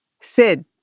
Sid